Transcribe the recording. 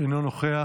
אינו נוכח,